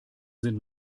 sind